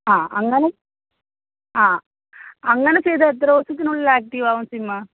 ആ അങ്ങനെ ആ അങ്ങനെ ചെയ്ത് എത്ര ദിവസത്തിനുള്ളിൽ ആക്റ്റീവ് ആകും സിം